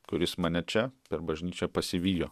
kuris mane čia per bažnyčią pasivijo